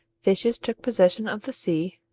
fishes took possession of the sea,